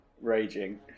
raging